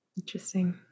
Interesting